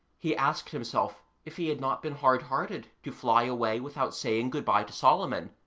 he asked himself if he had not been hard-hearted to fly away without saying good-bye to solomon.